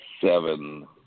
seven